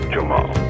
Jamal